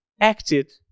acted